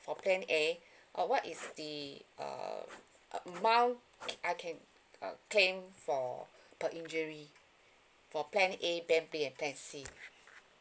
for plan A uh what is the uh amount I can uh claim for per injury for plan A plan B and plan C